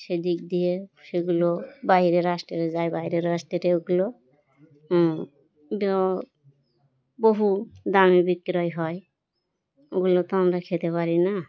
সেদিক দিয়ে সেগুলো বাইরের রাস্তায় যায় বাইরের রাস্তায় ওগুলো বহু দামে বিক্রয় হয় ওগুলো তো আমরা খেতে পারি না